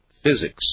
physics